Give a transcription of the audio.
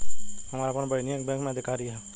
हमार आपन बहिनीई बैक में अधिकारी हिअ